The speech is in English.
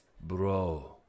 Bro